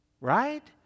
Right